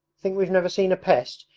think we've never seen a pest!